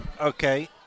Okay